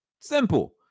Simple